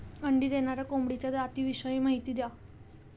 अंडी देणाऱ्या कोंबडीच्या जातिविषयी माहिती द्या